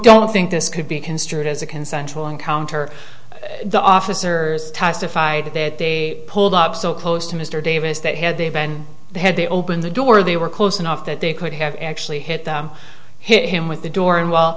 don't think this could be construed as a consensual encounter the officers testified that they pulled up so close to mr davis that had they been had they open the door they were close enough that they could have actually hit them hit him with the door and w